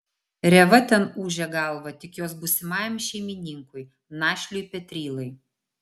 rėva ten ūžė galvą tik jos būsimajam šeimininkui našliui petrylai